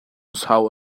sau